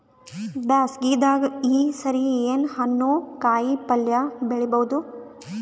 ಬ್ಯಾಸಗಿ ದಾಗ ಈ ಸರಿ ಏನ್ ಹಣ್ಣು, ಕಾಯಿ ಪಲ್ಯ ಬೆಳಿ ಬಹುದ?